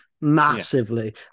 massively